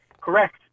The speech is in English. Correct